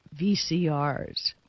VCRs